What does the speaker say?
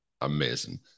amazing